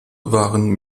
waren